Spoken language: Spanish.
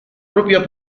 propia